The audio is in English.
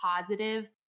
positive